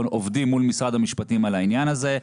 עובדים מול משרד המשפטים על העניין הזה,